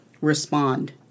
respond